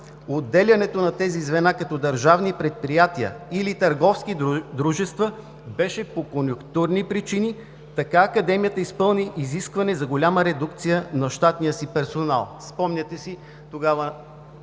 Отделянето на тези звена като държавни предприятия или търговски дружества беше по конюнктурни причини. Така Академията изпълни изискване за голяма редукция на щатния си персонал.“